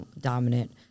dominant